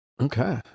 okay